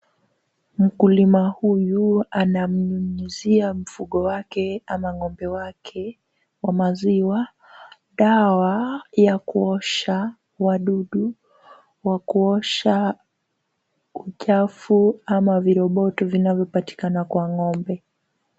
Mkulima huyu anamnyunyizia mfugo wake ama ng'ombe wake wa maziwa dawa ya kuosha wadudu, wa kuosha uchafu au viroboto wanaopatikana kwa ng'ombe.